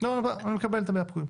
אני מקבל את המילה פוגעים.